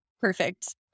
perfect